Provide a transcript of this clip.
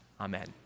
Amen